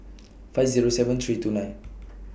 five Zero seven three two nine